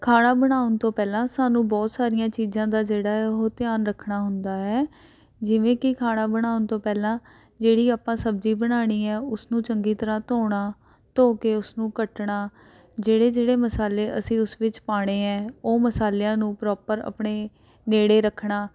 ਖਾਣਾ ਬਣਾਉਣ ਤੋਂ ਪਹਿਲਾਂ ਸਾਨੂੰ ਬਹੁਤ ਸਾਰੀਆਂ ਚੀਜ਼ਾਂ ਦਾ ਜਿਹੜਾ ਹੈ ਉਹ ਧਿਆਨ ਰੱਖਣਾ ਹੁੰਦਾ ਹੈ ਜਿਵੇਂ ਕਿ ਖਾਣਾ ਬਣਾਉਣ ਤੋਂ ਪਹਿਲਾਂ ਜਿਹੜੀ ਆਪਾਂ ਸਬਜ਼ੀ ਬਣਾਉਣੀ ਹੈ ਉਸ ਨੂੰ ਚੰਗੀ ਤਰ੍ਹਾਂ ਧੋਣਾ ਧੋ ਕੇ ਉਸ ਨੂੰ ਕੱਟਣਾ ਜਿਹੜੇ ਜਿਹੜੇ ਮਸਾਲੇ ਅਸੀਂ ਉਸ ਵਿੱਚ ਪਾਉਣੇ ਹੈ ਉਹ ਮਸਾਲਿਆਂ ਨੂੰ ਪਰੋਪਰ ਆਪਣੇ ਨੇੜੇ ਰੱਖਣਾ